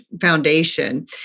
foundation